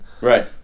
Right